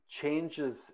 changes